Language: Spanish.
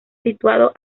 situado